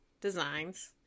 designs